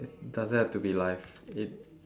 it doesn't have to be life it